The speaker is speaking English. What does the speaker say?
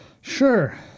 Sure